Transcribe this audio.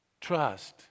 Trust